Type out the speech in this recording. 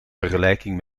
vergelijking